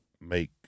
make